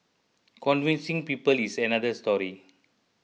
convincing people is another story